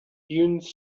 dunes